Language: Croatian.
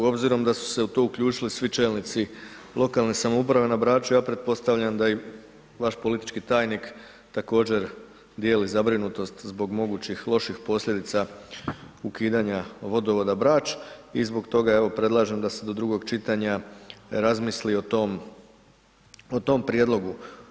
Obzirom da su se tu uključili i svi čelnici lokalne samouprave n Braču, ja pretpostavljam i vaš politički tajnik također dijeli zabrinutost zbog mogućih loših posljedica ukidanja vodovoda Brač i zbog toga evo predlažem da se do drugog čitanja razmisli o tom prijedlogu.